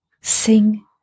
sing